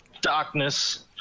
darkness